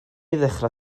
ddechrau